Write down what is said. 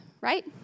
right